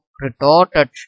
retorted